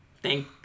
thank